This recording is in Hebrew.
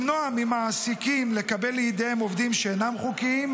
למנוע ממעסיקים לקבל לידיהם עובדים שאינם חוקיים,